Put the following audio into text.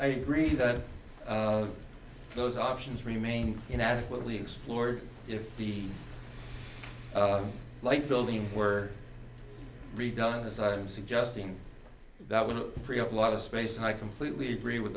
i agree that those options remain inadequately explored if he'd like building where redone as i'm suggesting that would free up a lot of space and i completely agree with